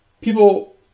people